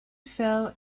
fell